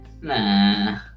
Nah